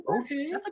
Okay